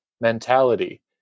mentality